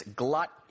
glut